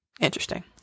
interesting